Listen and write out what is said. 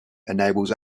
enables